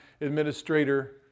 administrator